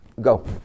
Go